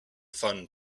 fun